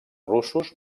russos